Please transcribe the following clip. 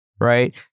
right